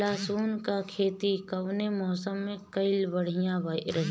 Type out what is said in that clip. लहसुन क खेती कवने मौसम में कइल बढ़िया रही?